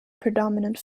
predominant